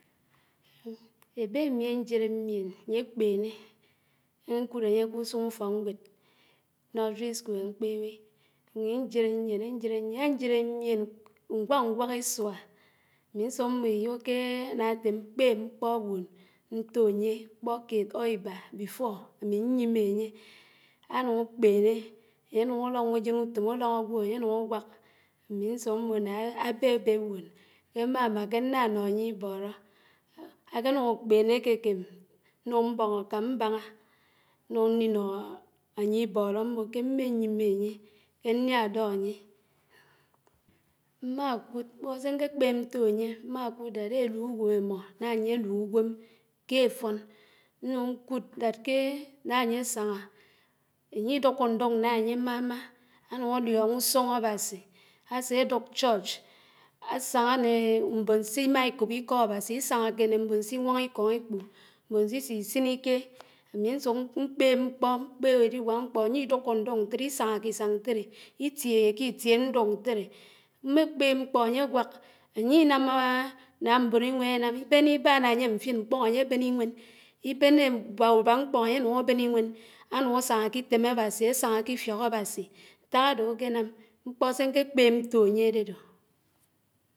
Èbé ámi áñjiré miéb áyékpéné, ñkùd ányé k'úsúñ úfókñgwéd nursey school ámkpébè, ànye àñjiré ñyién àn̄jire ñyién, àñjire ñyièn úgwák ñgwák ísúá, àmì ñsún mmó iyó kééé ánàté mkpéb mkpó wúón n̄tò ányé, mkpó kéd or íbá before ámi ñyimé ànyè, ánũn ákpéné ànyé nùñ álóñ àjénùtón, àlóñ ágwó ànyénúñ àgwák, àmi ñsúñ mmó nà àbébéd wúón ké mmà má kè mmá má ké nnà nó ányé ibóró, àkénùñ àkpémé àkékém ñnúñ mbóñ akàm mbànà, ñnùñ nì nó ányé íbóró mmó ké mmé yimmé ànyé, kè ñyà dó ànyé. Mmàkúd mkpò sé ñké kpèb ñtó ànyé, mmákùd dáf élùwém àmmó nà ànyé sàn̄á ànyé ídúkó ñdùk nà ànyè màmà ánùñ àlión̄ó úsún. Ábàsi, àsédúk church àsàn̄à mmè mbón simá íkób íkó Ábàsi, ísànàké né mbón siwóñ ikóñ ékpó, mmón sisu sin íké, ámi ñsúj mkpéb mkpó, mkpéb édiwàk mkpó ànyé ídúkó ñdùk ñtéré ísáñàké ísàñ ñtéré, ìtìe k'itie ñdùk ñtèré. Mmé kpéb mkpó ányé gwák, ànyi námààà ná mbón ìwèn énám, ìbéné íbàn ànyèm mfin mkpòñ ànyé bèn ìwén, ibéné ábá úbák mkpóñ ànyénúñ àbèn iwén, ánúñ àsàñà k'itèm Ábási, ásán̄á k'ífiók Ábási, ñták ádó ákénám mkpó sé ñké kpèb ñtó ànyé àdédò.